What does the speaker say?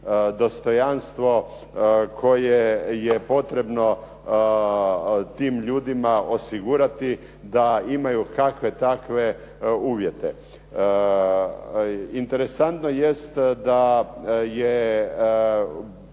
dostojanstvo koje je potrebno tim ljudima osigurati da imaju kakve takve uvjete. Intresantno jest da je